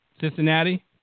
Cincinnati